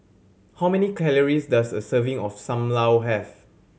how many calories does a serving of Sam Lau have